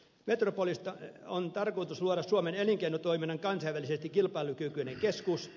metropolista on tarkoitus luoda suomen elinkeinotoiminnan kansainvälisesti kilpailukykyinen keskus